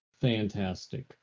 fantastic